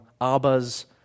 Abba's